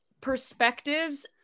perspectives